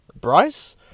Bryce